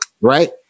right